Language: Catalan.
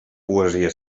poesia